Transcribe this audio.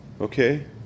okay